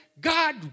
God